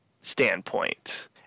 standpoint